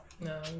No